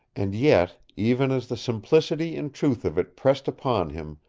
and yet, even as the simplicity and truth of it pressed upon him,